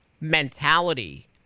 mentality